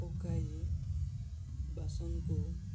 ପକାଇ ବାସନକୁ